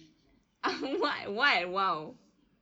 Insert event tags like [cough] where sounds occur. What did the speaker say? [laughs] what what !wow!